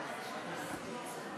אנחנו מבקשים שקט.